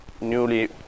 newly